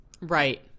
Right